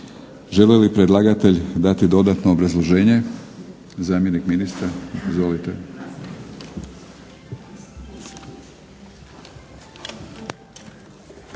Želi li predlagatelj dati dodatno obrazloženje? Zamjenik ministra, izvolite.